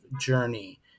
journey